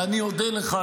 ואני אודה לך,